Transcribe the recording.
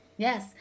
Yes